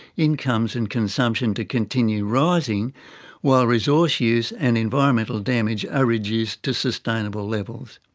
incomes and consumption to continue rising while resource use and environmental damage are reduced to sustainable levels.